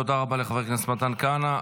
תודה רבה לחבר הכנסת מתן כהנא.